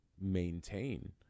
maintain